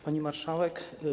Pani Marszałek!